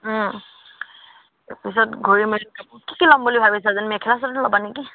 ওম তাৰপিছত ঘূৰি মেলি কি কি ল'ম বুলি ভাবিছা মেখেলা চাদৰ ল'বা নেকি